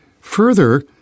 Further